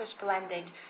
blended